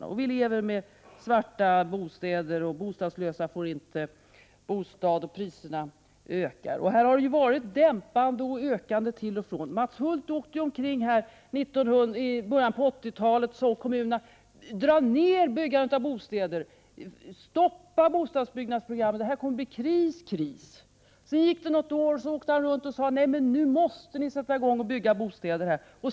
Situationen leder till svarta hyror, till att bostadslösa inte får några bostäder och till att priserna ökar. Den förda politiken har än varit dämpande, än pådrivande. Mats Hulth reste omkring i början av 80-talet och uppmanade kommunerna att dra ned på byggandet av bostäder. Kommunerna skulle stoppa bostadsbyggnadsprogrammen, eftersom en kris var förestående. Något år senare åkte han återigen runt och sade till kommunerna att de måste sätta i gång med att bygga bostäder.